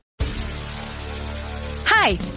Hi